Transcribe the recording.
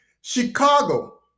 Chicago